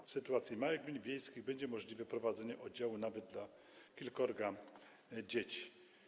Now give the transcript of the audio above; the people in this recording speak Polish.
W sytuacji małych gmin wiejskich będzie możliwe prowadzenie oddziału nawet dla kilkorga dzieci.